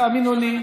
תאמינו לי,